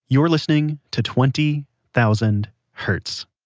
you're listening to twenty thousand hertz